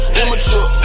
immature